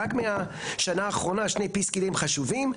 רק מהשנה האחרונה שני פסקי דין חשובים,